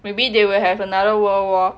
maybe they will have another world war